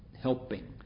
helping